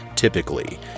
Typically